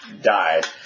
died